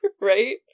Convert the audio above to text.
Right